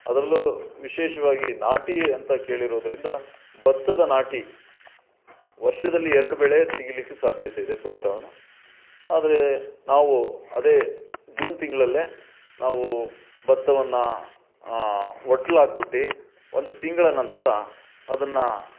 ಅದರಲ್ಲೂ ವಿಶೇಷವಾಗಿ ನಾಟಿ ಅಂತ ಕೇಳಿರುವುದರಿಂದ ಭತ್ತದ ನಾಟಿ ವರ್ಷದಲ್ಲಿ ಎರಡು ಬೆಳೆ ತೆಗೀಲಿಕ್ಕೆ ಸಾಧ್ಯತೆ ಇದೆ ಭತ್ತವನ್ನು ಆದರೆ ನಾವು ಅದೇ ಜೂನ್ ತಿಂಗಳಲ್ಲೇ ನಾವು ಭತ್ತವನ್ನು ಒಟ್ಲಾಕ್ಬಿಟ್ಟಿ ಒಂದು ತಿಂಗಳ ನಂತರ ಅದನ್ನು